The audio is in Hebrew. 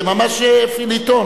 זה ממש פיליטון.